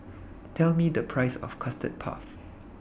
Tell Me The Price of Custard Puff